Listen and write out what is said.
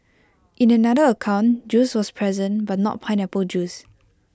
in another account juice was present but not pineapple juice